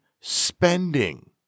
spending